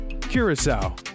curacao